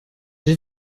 j’ai